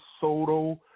Soto